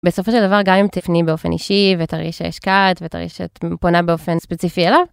בסופו של דבר גם אם תפנים באופן אישי, ותראי שהשקעת, ותראי שאת פונה באופן ספציפי אליו.